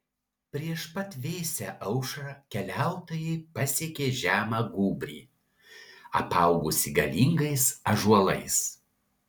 prieš pat vėsią aušrą keliautojai pasiekė žemą gūbrį apaugusį galingais ąžuolais